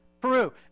peru